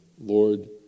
Lord